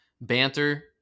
banter